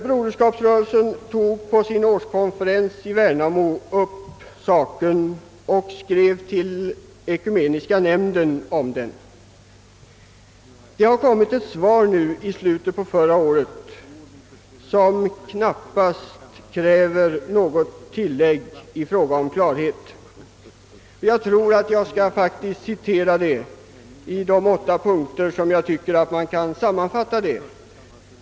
Broderskapsrö relsen tog på sin årskonferens i Värnamo upp frågan och skrev om den till Ekumeniska nämnden. I slutet på förra året kom ett svar som knappast kräver något tillägg i fråga om klarhet. Jag skall referera det i de åtta punkter, i vilka jag tycker att man kan sammanfatta det.